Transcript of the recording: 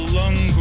long